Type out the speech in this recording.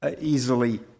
easily